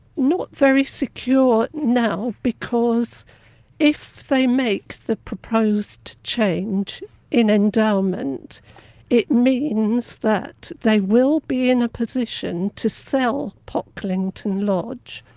not very secure now because if they make the proposed change in endowment it means that they will be in a position to sell pocklington lodge.